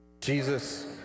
Jesus